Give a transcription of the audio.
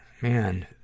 Man